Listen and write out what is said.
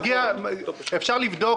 אפשר לבדוק,